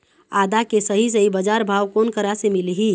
आदा के सही सही बजार भाव कोन करा से मिलही?